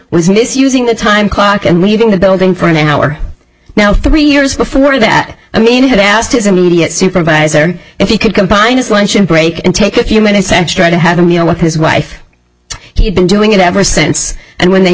misusing the time clock and leaving the building for an hour now three years before that i mean had asked his immediate supervisor if he could combine his lunch and break and take a few minutes extra to have a meal with his wife he had been doing it ever since and when they